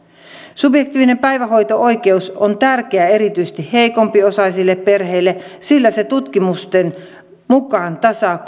subjektiivinen päivähoito oikeus on tärkeä erityisesti heikompiosaisille perheille sillä se tutkimusten mukaan tasaa